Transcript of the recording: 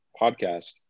podcast